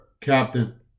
captain